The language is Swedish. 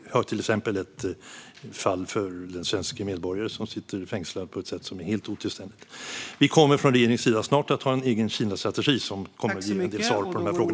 Där finns till exempel fallet med den svenska medborgare som är fängslad på ett helt otillständigt sätt. Regeringen kommer snart att lägga fram en egen Kinastrategi, som kommer att ge en del svar på dessa frågor.